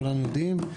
כולנו יודעים,